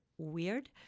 weird